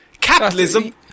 Capitalism